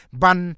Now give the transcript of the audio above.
ban